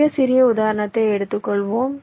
மிகச் சிறிய உதாரணத்தை எடுத்துக் கொள்வோம்